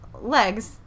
legs